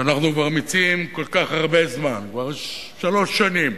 שאנחנו מציעים כבר כל כך הרבה זמן, כבר שלוש שנים,